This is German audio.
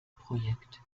projekt